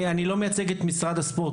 ואני ממש לא מייצג את השר,